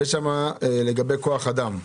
לגבי כוח אדם.